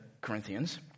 Corinthians